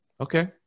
Okay